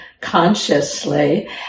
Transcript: consciously